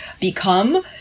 become